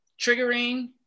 triggering